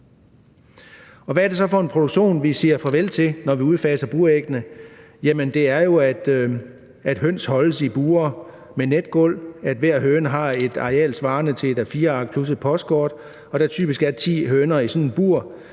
Hvad er det så for en produktion, vi siger farvel til, når vi udfaser buræggene? Jamen det er jo en produktion, hvor høns holdes i bure med netgulv, hvor hver høne har et areal svarende til et A4-ark plus et postkort, og hvor der typisk er ti høner i sådan et bur.